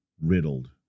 riddled